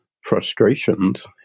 frustrations